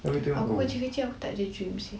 aku kecik-kecik aku takde dreams seh